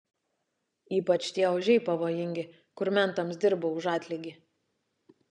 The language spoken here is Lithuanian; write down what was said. ypač tie ožiai pavojingi kur mentams dirba už atlygį